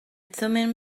thummim